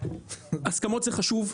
הסכמות זה חשוב,